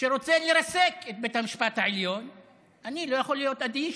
שרוצה לרסק את בית המשפט העליון אני לא יכול להיות אדיש,